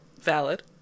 valid